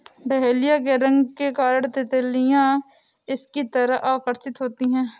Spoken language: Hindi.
डहेलिया के रंग के कारण तितलियां इसकी तरफ आकर्षित होती हैं